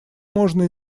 можно